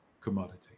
commodity